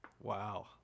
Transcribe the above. Wow